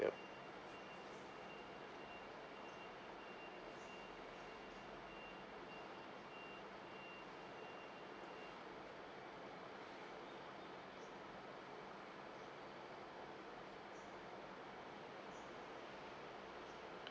yup